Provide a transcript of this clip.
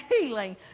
healing